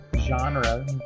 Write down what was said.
genre